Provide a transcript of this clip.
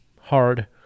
hard